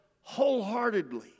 wholeheartedly